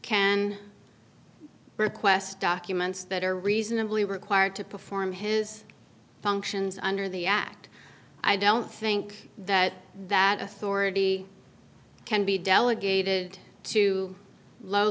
can request documents that are reasonably required to perform his functions under the act i don't think that that authority can be delegated to low